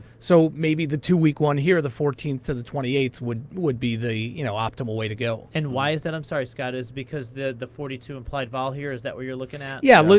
so maybe the two week one here, the fourteenth to the twenty eighth, would would be the you know optimal way to go. and why is that? i'm sorry, scott, is because the the forty two implied vol here, is that what you're looking at? yeah.